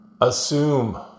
assume